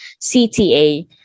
CTA